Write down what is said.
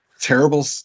terrible